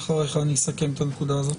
אחריך אני אסכם את הנקודה הזאת.